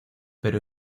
pero